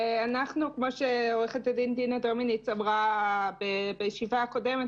כמו שעו"ד דינה דומיניץ אמרה בישיבה הקודמת,